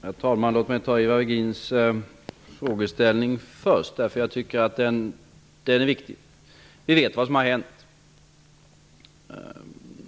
Herr talman! Låt mig ta Ivar Virgins fråga först, eftersom jag tycker att den är viktig. Vi vet vad som har hänt.